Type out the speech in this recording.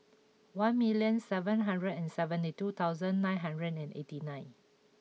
one million seven hundred and seventy two thousand nine hundred and eighty nine